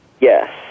yes